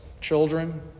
children